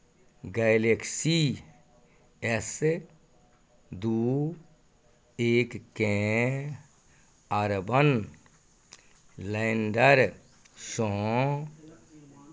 Galaxy S दू एककेँ urban लैंडरसँ